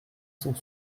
cent